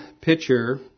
picture